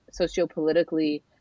sociopolitically